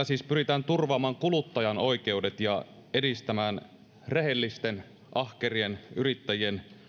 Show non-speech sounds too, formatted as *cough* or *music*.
*unintelligible* siis pyritään turvaamaan kuluttajan oikeudet ja edistämään rehellisten ahkerien yrittäjien